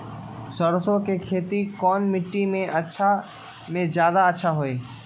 सरसो के खेती कौन मिट्टी मे अच्छा मे जादा अच्छा होइ?